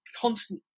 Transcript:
constant